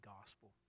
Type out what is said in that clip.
gospel